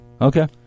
Okay